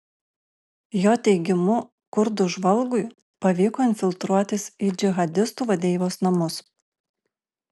jo teigimu kurdų žvalgui pavyko infiltruotis į džihadistų vadeivos namus